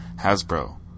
Hasbro